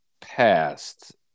past